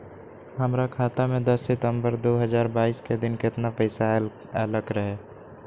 हमरा खाता में दस सितंबर दो हजार बाईस के दिन केतना पैसा अयलक रहे?